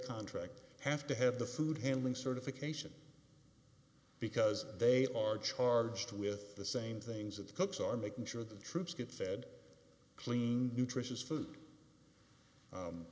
contract have to have the food handling certification because they are charged with the same things that the cooks are making sure the troops get fed clean nutritious food